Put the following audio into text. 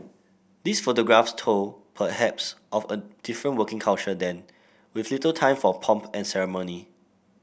these photographs told perhaps of a different working culture then with little time for pomp and ceremony